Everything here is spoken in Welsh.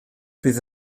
bydd